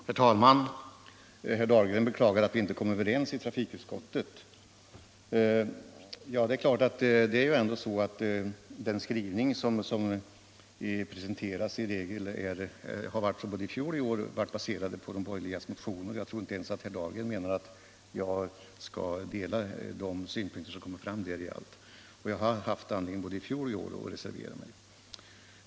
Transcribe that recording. Herr talman! Herr Dahlgren beklagar att vi inte kom överens i trafikutskottet. Ja, de skrivningar som presenterats både i fjol och i år har ju varit baserade på de borgerligas motioner. Jag tror att inte ens herr Dahlgren menar att jag i allt skall dela de synpunkter som där kommit fram. Jag har både i fjol och i år haft anledning att reservera mig.